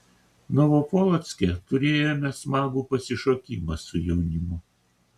novopolocke turėjome smagų pasišokimą su jaunimu